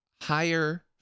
higher